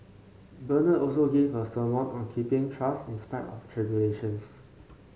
Bernard also gave a sermon on keeping trust in spite of tribulations